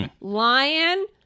Lion